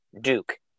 Duke